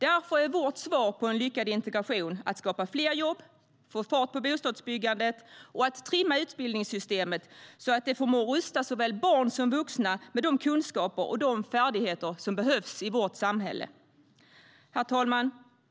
Därför är vårt svar på frågan om en lyckad integration att skapa fler jobb, att få fart på bostadsbyggandet och att trimma utbildningssystemet så att det förmår rusta såväl barn som vuxna med de kunskaper och färdigheter som behövs i vårt samhälle. Herr talman!